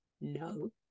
No